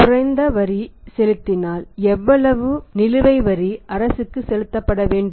குறைந்த வரி செலுத்தினால் எவ்வளவு நிலுவைவரி அரசுக்கு செலுத்தப்பட வேண்டும்